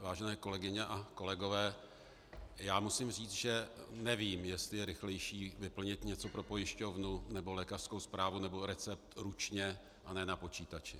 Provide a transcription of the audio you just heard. Vážené kolegyně a kolegové, já musím říci, že nevím, jestli je rychlejší vyplnit něco pro pojišťovnu nebo lékařskou zprávu nebo recept ručně, a ne na počítači.